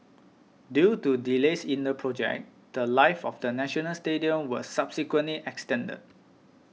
due to delays in the project the Life of the National Stadium was subsequently extended